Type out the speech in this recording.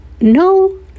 no